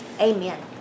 amen